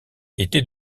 était